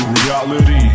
reality